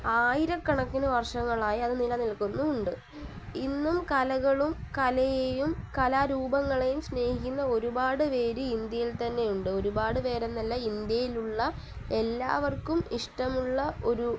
ആയിരക്കണക്കിന് വർഷങ്ങളായി അത് നിലനിൽക്കുന്നും ഉണ്ട് ഇന്നും കലകളും കലയേയും കലാരൂപങ്ങളേയും സ്നേഹിക്കുന്ന ഒരുപാടുപേർ ഇന്ത്യയിൽ തന്നെ ഉണ്ട് ഒരുപാട് പേരെന്നല്ല ഇന്ത്യയിലുള്ള എല്ലാവർക്കും ഇഷ്ടമുള്ള ഒരു